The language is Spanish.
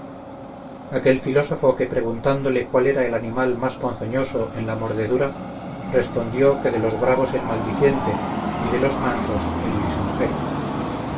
aquel filósofo que preguntándole cuál era el animal más ponzoñoso en la mordedura respondió que de los bravos el maldiciente y de los mansos el